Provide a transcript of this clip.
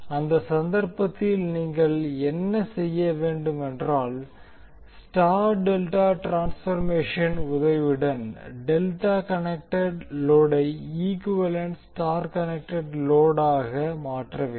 அந்த சந்தர்ப்பத்தில் நீங்கள் என்ன செய்ய வேண்டும் என்றால் ஸ்டார் டெல்டா டிரான்ஸ்பர்மேஷன் உதவியுடன் டெல்டா கனெக்டெட் லோடை ஈக்குவேலன்ட் ஸ்டார் கனெக்டெட் லோடாக மாற்ற வேண்டும்